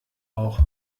auch